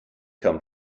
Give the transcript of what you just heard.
come